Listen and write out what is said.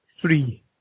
three